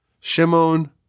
Shimon